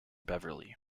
beverly